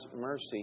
mercy